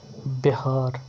Bihar